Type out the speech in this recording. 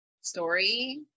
story